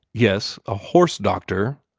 yes, a horse doctor!